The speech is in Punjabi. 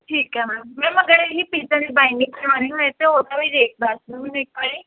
ਠੀਕ ਹੈ ਮੈਮ ਮੈਮ ਅਗਰ ਇਹੀ ਪੇਜਾਂ ਦੀ ਬਾਈਡਿੰਗ ਕਰਵਾਉਣੀ ਹੋਏ ਤਾਂ ਉਹਦਾ ਵੀ ਰੇਟ ਦੱਸ ਦਿਉ ਮੈਨੂੰ ਇੱਕ ਵਾਰੀ